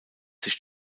sich